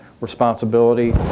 responsibility